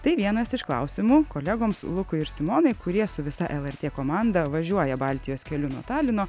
tai vienas iš klausimų kolegoms lukui ir simonai kurie su visa lrt komanda važiuoja baltijos keliu nuo talino